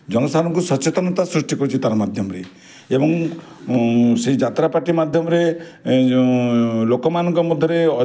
ଜନସାଧାରଣଙ୍କୁ ସଚେତନତା ସୃଷ୍ଟି କରାଯାଉଛି ତା'ର ମାଧ୍ୟମରେ ଏବଂ ସେହି ଯାତ୍ରା ପାର୍ଟି ମାଧ୍ୟମରେ ଲୋକମାନଙ୍କର ମଧ୍ୟରେ